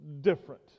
different